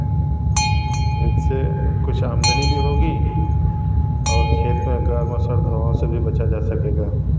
इनसे कुछ आमदनी भी होगा और खेत में गाय मुसर धुआओं से भी बचा जा सकेगा